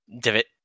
divot